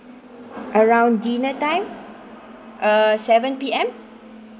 around dinner time uh seven P_M